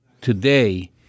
today